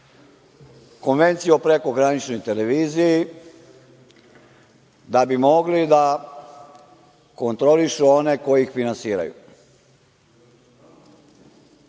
Konvenciju o prekograničnoj televiziji, da bi mogli da kontrolišu one koji ih finansiraju. Pokušao